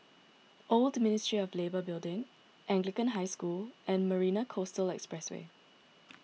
Old Ministry of Labour Building Anglican High School and Marina Coastal Expressway